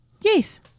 Yes